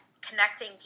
connecting